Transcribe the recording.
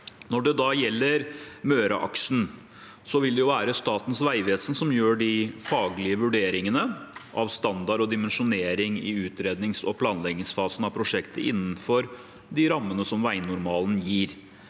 Når det gjelder Møreaksen, vil det være Statens vegvesen som gjør de faglige vurderingene av standard og dimensjonering i utrednings- og planleggingsfasen av prosjektet innenfor de rammene som veinormalen gir.